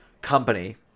company